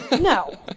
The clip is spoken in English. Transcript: No